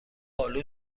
آلو